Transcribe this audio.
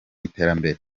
iterambere